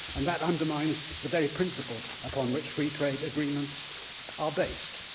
and that undermines the very principle upon which free trade agreements are based.